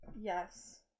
Yes